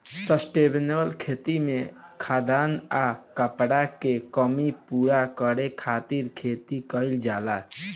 sustainable खेती में खाद्यान आ कपड़ा के कमी पूरा करे खातिर खेती कईल जाला